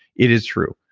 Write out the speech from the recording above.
it is true.